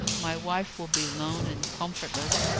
my wife will be lone and comfortless,